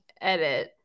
edit